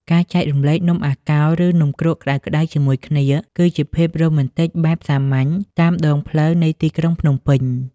ការចែករំលែកនំអាកោ ឬនំគ្រក់ក្ដៅៗជាមួយគ្នា គឺជាភាពរ៉ូមែនទិកបែបសាមញ្ញតាមដងផ្លូវនៃទីក្រុងភ្នំពេញ។